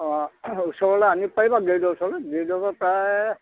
অ' ওচৰলৈ আনিব পাৰিবা গেৰেজৰ ওচৰলৈ গেৰেজৰ পৰা প্ৰায়